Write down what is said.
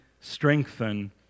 strengthen